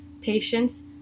patience